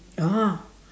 ah